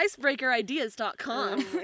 icebreakerideas.com